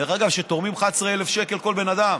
דרך אגב שתורמים 11,000 שקל כל בן אדם.